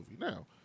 Now